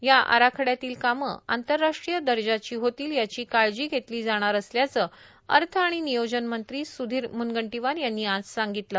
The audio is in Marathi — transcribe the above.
या आराखड्यातील कामं आंतरराष्ट्रीय दर्जाची होतील याची काळजी घेतली जाणार असल्याचं अर्थ आणि नियोजनमंत्री सुधीर मुनगंटीवार यांनी आज सांगितलं